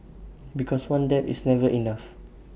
because one dab is never enough